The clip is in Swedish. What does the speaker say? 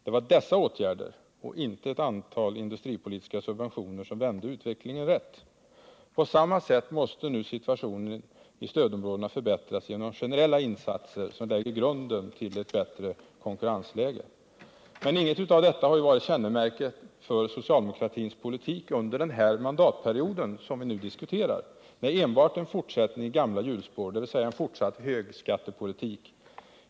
Det var dessa åtgärder och inte ett antal industripolitiska subventioner som vände utvecklingen rätt. På samma sätt måste nu situationen i stödområdena förbättras genom generella insatser som lägger grunden till ett bättre konkurrens Inget av detta har varit kännemärket för socialdemokratins politik under den mandatperiod som vi nu diskuterar. Det är enbart en fortsättning i gamla hjulspår, dvs. en fortsatt högskattepolitik.